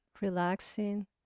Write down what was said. relaxing